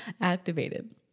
activated